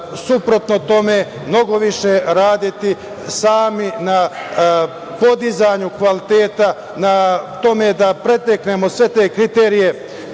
suprotno tome mnogo više raditi sami na podizanju kvaliteta, na tome da preteknemo sve te kriterijume